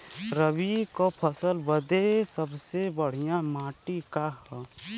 रबी क फसल बदे सबसे बढ़िया माटी का ह?